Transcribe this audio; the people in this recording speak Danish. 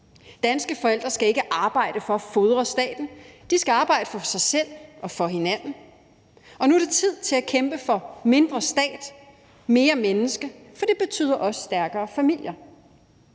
Danske forældre skal ikke arbejde for at fodre staten. De skal arbejde for sig selv og for hinanden, og nu er det tid til at kæmpe for mindre stat, mere menneske, for det betyder også stærkere familier.